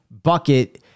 bucket